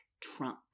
Trump